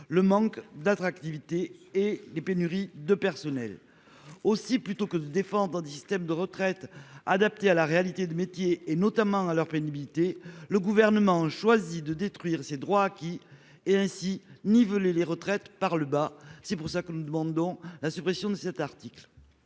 leur manque d'attractivité et leur pénurie de personnel. Aussi, plutôt que de défendre un système de retraite adapté à la réalité, notamment à la pénibilité, des métiers, le Gouvernement choisit de détruire ces droits acquis et de niveler ainsi les retraites par le bas. C'est pourquoi nous demandons la suppression de cet article.